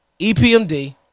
EPMD